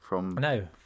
No